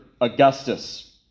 Augustus